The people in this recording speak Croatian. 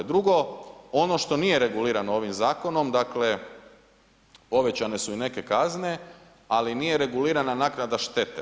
Drugo, ono što nije regulirano ovim zakonom, dakle povećane su i neke kazne ali nije regulirana naknada štete.